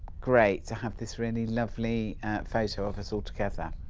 great to have this really lovely photo of us all together,